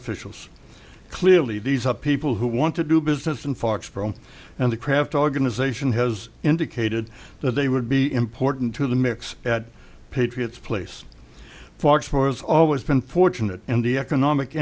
officials clearly these are people who want to do business in foxboro and the craft organization has indicated that they would be important to the mix at patriots place for explorers always been fortunate in the economic